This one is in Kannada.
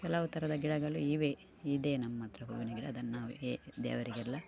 ಕೆಲವು ಥರದ ಗಿಡಗಳು ಇವೆ ಇದೆ ನಮ್ಮ ಹತ್ರ ಹೂವಿನ ಗಿಡ ಅದನ್ನಾವು ಹೆ ದೇವರಿಗೆಲ್ಲ